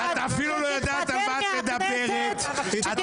שתתפטר מהכנסת ותתמודד בכל מפלגה אחרת.